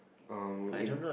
uh in